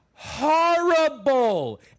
horrible